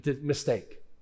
mistake